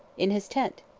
in his tent.